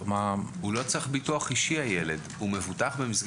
יחזקאל שהיה עושה במשך שנים פעילות במסגרת